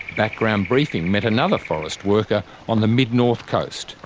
background briefing met another forest worker on the mid-north coast,